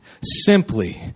simply